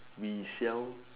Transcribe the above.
we sell